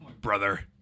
Brother